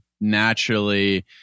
naturally